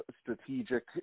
strategic